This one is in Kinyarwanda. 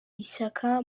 ishyaka